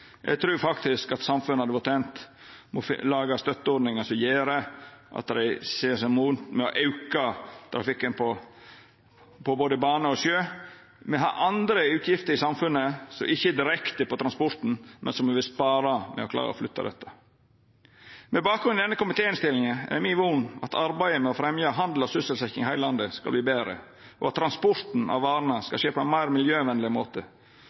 Eg trur samfunnet hadde vore tent med å laga støtteordningar som gjer at dei ser seg tente med å auka trafikken på både bane og sjø. Me har andre utgifter i samfunnet, som ikkje er direkte på transporten, som me vil spara ved å klara å flytta dette. Med bakgrunn i denne komitéinnstillinga er mi von at arbeidet med å fremja handel og sysselsetjing i heile landet skal verta betre, og at transporten av varene skal skje på ein meir miljøvenleg måte.